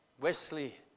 Wesley